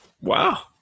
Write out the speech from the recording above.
Wow